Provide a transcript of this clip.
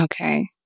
okay